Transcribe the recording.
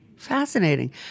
Fascinating